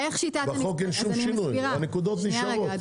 בחוק אין שום שינוי והנקודות נשארות.